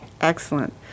Excellent